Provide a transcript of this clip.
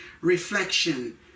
Reflection